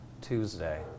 Tuesday